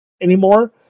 anymore